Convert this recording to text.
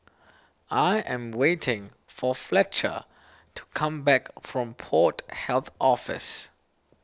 I am waiting for Fletcher to come back from Port Health Office